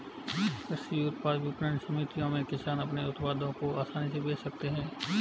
कृषि उत्पाद विपणन समितियों में किसान अपने उत्पादों को आसानी से बेच सकते हैं